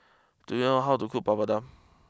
do you know how to cook Papadum